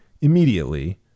immediately